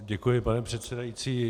Děkuji, pane předsedající.